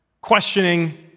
Questioning